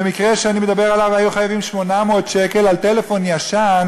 במקרה שאני מדבר עליו היו חייבים 800 שקל על טלפון ישן,